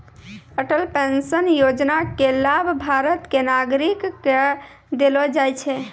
Atal pension योजना के लाभ भारत के नागरिक क देलो जाय छै